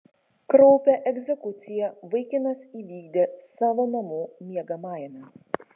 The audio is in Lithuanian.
kraupią egzekuciją vaikinas įvykdė savo namų miegamajame